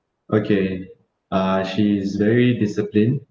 okay uh she is very disciplined